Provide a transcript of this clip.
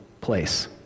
place